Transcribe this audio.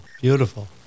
beautiful